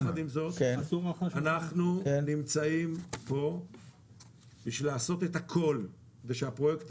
אנחנו נמצאים פה בשביל לעשות את הכול ושהפרויקט